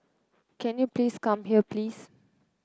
can you please come here please